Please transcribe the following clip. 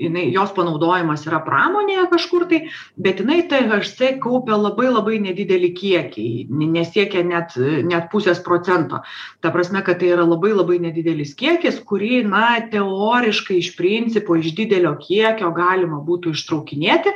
jinai jos panaudojimas yra pramonėje kažkur tai bet jinai tė haš cė kaupia labai labai nedidelį kiekį nesiekia net net pusės procento ta prasme kad tai yra labai labai nedidelis kiekis kurį na teoriškai iš principo iš didelio kiekio galima būtų ištraukinėti